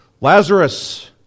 Lazarus